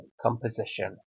composition